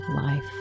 life